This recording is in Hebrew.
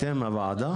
אתם הוועדה?